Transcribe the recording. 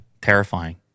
Terrifying